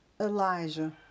Elijah